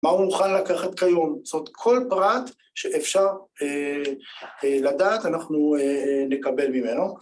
מה הוא מוכן לקחת כיום, זאת כל פרט שאפשר לדעת, אנחנו נקבל ממנו.